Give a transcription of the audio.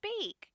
speak